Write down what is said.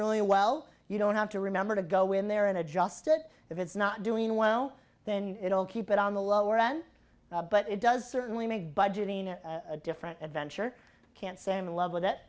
really well you don't have to remember to go in there and adjust it if it's not doing well then it will keep it on the lower end but it does certainly make budgeting at a different adventure can't sam in love with it